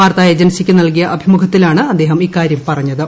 വാർത്താ ഏജൻസിക്കു നൽകിയ അഭിമുഖത്തിലാണ് അദ്ദേഹം ഇക്കാര്യം പറഞ്ഞത്